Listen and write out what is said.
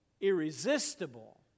irresistible